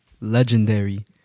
legendary